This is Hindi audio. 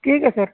ठीक है सर